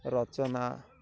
ରଚନା